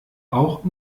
auch